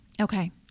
Okay